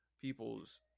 people's